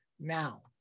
now